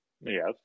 Yes